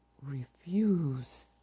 refuse